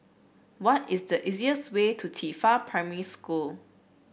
what is the easiest way to Qifa Primary School